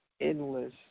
endless